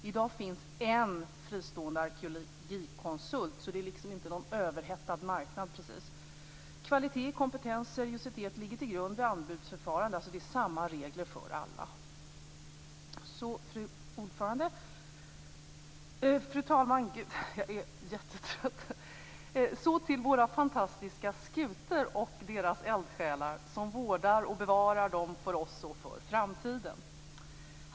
I dag finns det en fristående arkeologikonsult, så det är inte precis någon överhettad marknad. Kvalitet, kompetens och seriositet skall ligga till grund vid anbudsförfarande, dvs. Fru talman! Så över till våra fantastiska skutor och de eldsjälar som vårdar och bevarar dem för oss och för framtiden.